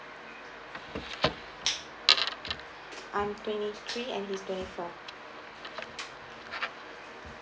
I'm twenty three and he's twenty four